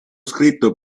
scritto